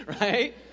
Right